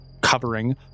covering